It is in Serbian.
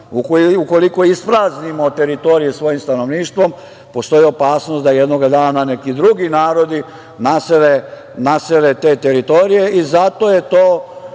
ukoliko ispraznimo teritorije svojim stanovništvom, postoji opasnost da jednoga dana neki drugi narodi nasele te teritorije i zato je to